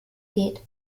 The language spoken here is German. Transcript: geht